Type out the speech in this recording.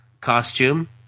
costume